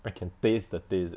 I can taste the taste eh